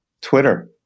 Twitter